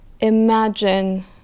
imagine